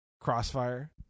Crossfire